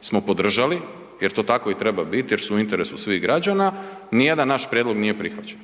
smo podržali jer to tako i treba bit jer su u interesu svih građana, nijedan naš prijedlog naš nije prihvaćen,